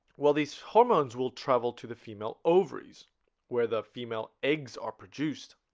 well these hormones will travel to the female ovaries where the female eggs are produced